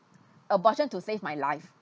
abortion to save my life